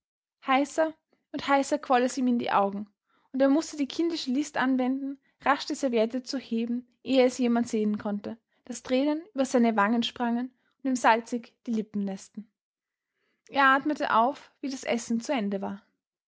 heißer und heißer quoll es ihm in die augen und er mußte die kindische list anwenden rasch die serviette zu heben ehe es jemand sehen konnte daß tränen über seine wangen sprangen und ihm salzig die lippen näßten er atmete auf wie das essen zu ende war